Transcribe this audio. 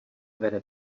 vede